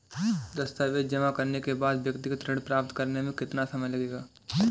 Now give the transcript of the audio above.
दस्तावेज़ जमा करने के बाद व्यक्तिगत ऋण प्राप्त करने में कितना समय लगेगा?